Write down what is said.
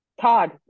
Todd